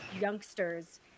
youngsters